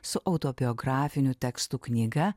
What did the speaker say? su autobiografinių tekstų knyga